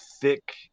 thick